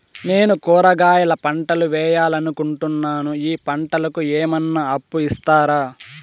నేను కూరగాయల పంటలు వేయాలనుకుంటున్నాను, ఈ పంటలకు ఏమన్నా అప్పు ఇస్తారా?